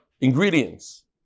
ingredients